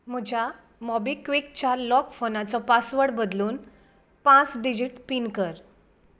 म्हज्या मोबीक्विकच्या लॉक फोनाचो पासवर्ड बदलून पांच डिजिट पीन कर